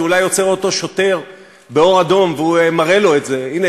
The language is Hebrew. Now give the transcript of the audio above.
שאולי עוצר אותו שוטר באור אדום והוא מראה לו את זה: הנה,